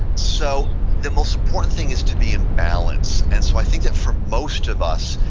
so, the most important thing is to be in balance, and so i think that for most of us,